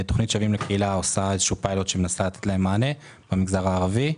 תוכנית "יוצאים לקהילה" עושה פיילוט שמנסה לתת להם מענה במגזר הערבי.